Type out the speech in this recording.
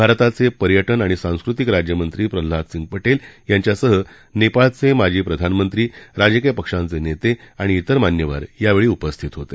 भारताचे पर्यटन आणि सांस्कृतिक राज्यमंत्री प्रल्हाद सिंग पटेल यांच्यासह नेपाळचे माजी प्रधानमंत्री राजकीय पक्षांचे नेते आणि इतर मान्यवर यावेळी उपस्थित होते